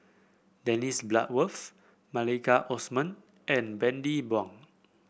Dennis Bloodworth Maliki Osman and Bani Buang